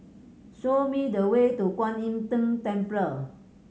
show me the way to Kwan Im Tng Temple